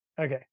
okay